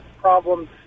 problems